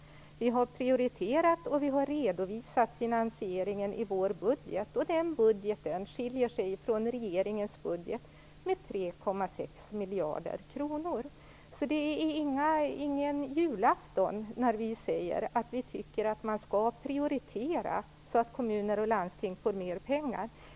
Vi har prioriterat, och vi har redovisat finansieringen i vår budget, som skiljer sig från regeringens med 3,6 miljarder kronor. Det är alltså ingen julafton när vi säger att man skall prioritera så att kommuner och landsting får mer pengar.